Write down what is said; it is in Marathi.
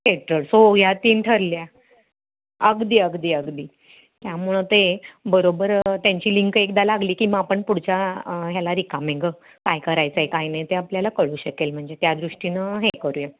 थेटर सो या तीन ठरल्या अगदी अगदी अगदी त्यामुळं ते बरोबर त्यांची लिंक एकदा लागली की मग आपण पुढच्या ह्याला रिकामे गं काय करायचं आहे काय नाही ते आपल्याला कळू शकेल म्हणजे त्या दृष्टीनं हे करूया